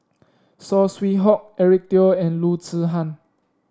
Saw Swee Hock Eric Teo and Loo Zihan